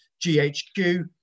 GHQ